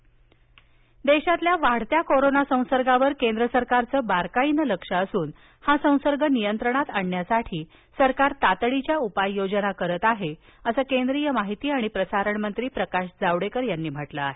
जावडेकर देशातल्या वाढत्या कोरोना संसर्गावर केंद्र सरकारचं बारकाईनं लक्ष असून हा संसर्ग नियंत्रणात आणण्यासाठी सरकार तातडीच्या उपाय योजना करत आहे असं केंद्रीय माहिती आणि प्रसारण मंत्री प्रकाश जावडेकर यांनी म्हटलं आहे